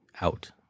out